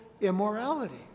immorality